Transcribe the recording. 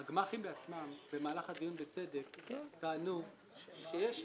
במהלך הדיון טענו הגמ"חים,